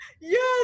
yes